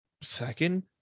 second